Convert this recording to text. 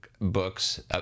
Books